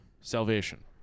Salvation